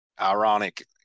Ironic